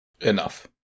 Enough